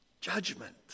judgment